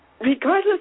Regardless